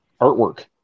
artwork